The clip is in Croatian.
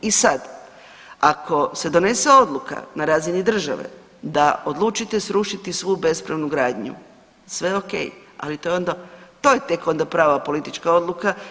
I sad, ako se donese odluka na razini države da odlučite srušiti svu bespravnu gradnju, sve okej, ali to je onda, to je tek onda prava politička odluka.